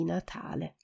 Natale